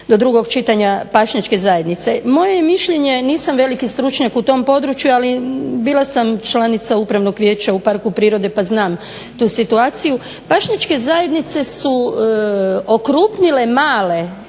Pašnjačke zajednice su okrupnile male